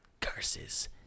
curses